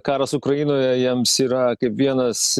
karas ukrainoje jiems yra kaip vienas